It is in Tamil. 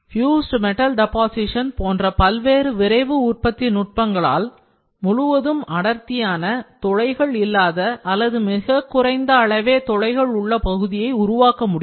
fused metal deposition போன்ற பல்வேறு விரைவு உற்பத்தி நுட்பங்களால் முழுவதும் அடர்த்தியான துளைகள் இல்லாத அல்லது மிகக் குறைந்த அளவே துளைகள் உள்ள பகுதியை உருவாக்க முடியும்